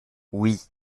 oui